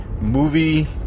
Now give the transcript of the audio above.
movie